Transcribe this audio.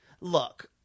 look